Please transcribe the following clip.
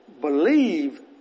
believe